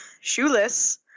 shoeless